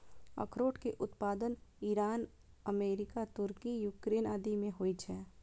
अखरोट के उत्पादन ईरान, अमेरिका, तुर्की, यूक्रेन आदि मे होइ छै